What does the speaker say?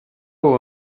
haut